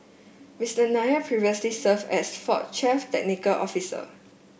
Mister Nair previously served as Ford chief technical officer